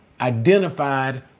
identified